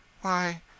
Why